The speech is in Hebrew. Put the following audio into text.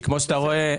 כי כמו שאתה רואה,